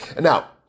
Now